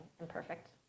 imperfect